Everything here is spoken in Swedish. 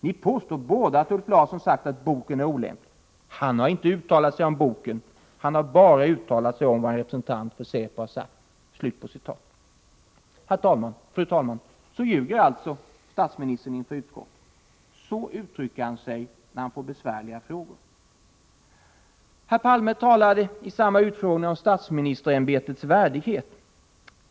Ni påstår båda att Ulf Larsson har sagt att boken är olämplig. Han har inte uttalat sig om boken — han har bara uttalat sig om vad en representant för SÄPO har sagt.” Fru talman! Så ljuger alltså statsministern inför utskottet. Så uttrycker han sig när han får besvärliga frågor. Herr Palme talar i samma utfrågning om statsministerämbetets värdighet.